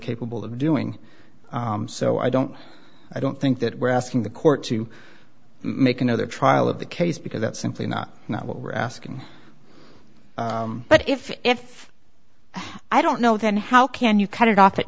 capable of doing so i don't i don't think that we're asking the court to make another trial of the case because that's simply not not what we're asking but if i don't know then how can you cut it off at